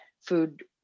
food